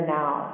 now